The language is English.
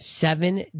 seven